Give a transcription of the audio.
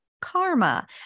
karma